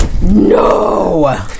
no